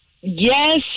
Yes